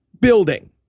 building